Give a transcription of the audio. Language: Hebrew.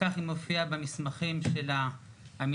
כך היא מופיעה במסמכים המינהליים,